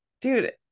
dude